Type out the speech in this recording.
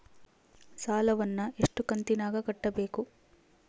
ಸಾಲವನ್ನ ಎಷ್ಟು ಕಂತಿನಾಗ ಕಟ್ಟಬೇಕು?